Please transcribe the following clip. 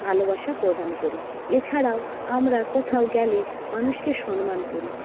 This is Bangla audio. ভালোবাসা প্রদান করি এছাড়াও আমরা কোথাও গেলে মানুষকে সম্মান করি